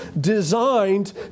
designed